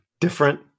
Different